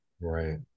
Right